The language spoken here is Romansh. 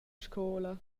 scola